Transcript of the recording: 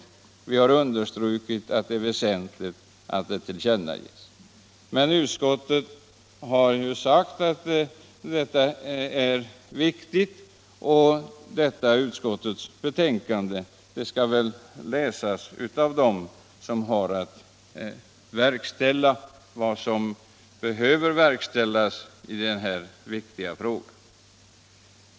Utskottet har understrukit att det är väsentligt att det tillkännages och utskottets betänkande skall väl läsas av dem som har att verkställa vad som behöver verkställas i den här betydelsefulla frågan.